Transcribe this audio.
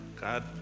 God